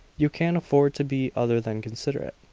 you can't afford to be other than considerate.